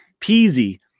peasy